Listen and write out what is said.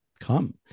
come